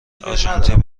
آرژانتین